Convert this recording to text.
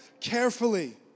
carefully